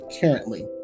currently